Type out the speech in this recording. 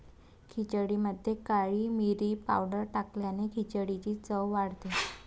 खिचडीमध्ये काळी मिरी पावडर टाकल्याने खिचडीची चव वाढते